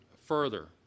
further